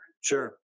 sure